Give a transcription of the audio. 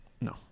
No